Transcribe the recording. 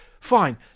Fine